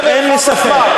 זה מרחב הזמן.